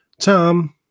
Tom